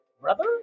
brother